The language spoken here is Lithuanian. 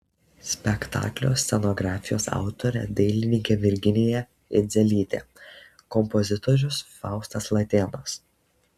spektaklio scenografijos autorė dailininkė virginija idzelytė kompozitorius faustas latėnas